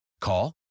Call